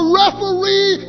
referee